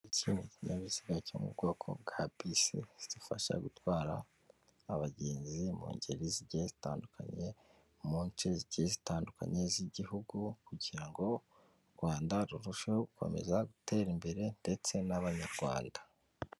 Iki ni ikinyabiziga cyo mu bwoko bwa bisi zifasha gutwara abagenzi mu ngeri zigiye zitandukanye, mu nce zigiye zitandukanye z'igihugu kugira ngo u Rwanda rurusheho gukomeza gutera imbere ndetse n'abanyarwanda.